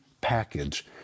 package